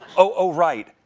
oh, oh, right.